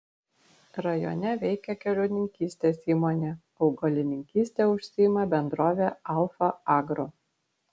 rajone veikia kiaulininkystės įmonė augalininkyste užsiima bendrovė alfa agro